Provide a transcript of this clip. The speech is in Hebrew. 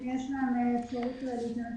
אם יש להם אפשרות לסייע.